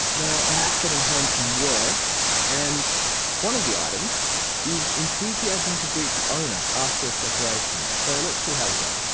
now i'm just getting home from work and one of the items is enthusiasm to greet the owner after a separation. so let's see how we go.